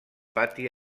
pati